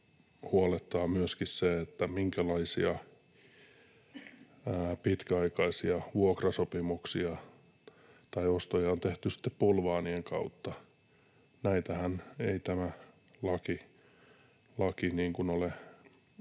huolettaa myöskin se, että minkälaisia pitkäaikaisia vuokrasopimuksia tai ostoja on tehty sitten bulvaanien kautta. Näitähän ei tämä laki ole kyennyt